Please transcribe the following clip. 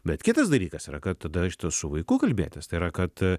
bet kitas dalykas yra kad tada iš ties su vaiku kalbėtis tai yra kad